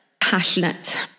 passionate